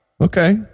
Okay